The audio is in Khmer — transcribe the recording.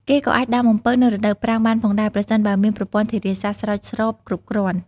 គេក៏អាចដាំអំពៅនៅដូវប្រាំងបានផងដែរ ប្រសិនបើមានប្រព័ន្ធធារាសាស្ត្រស្រោចស្រពគ្រប់គ្រាន់។